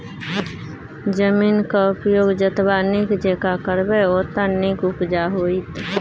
जमीनक उपयोग जतबा नीक जेंका करबै ओतने नीक उपजा होएत